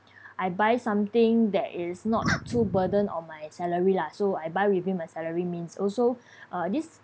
I buy something that is not too burden on my salary lah so I buy within my salary means also uh this